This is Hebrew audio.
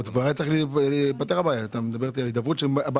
את מדברת איתי על הידברות?